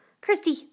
Christy